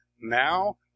now